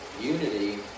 unity